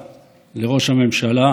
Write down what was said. השרה,